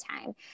time